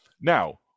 Now